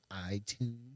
iTunes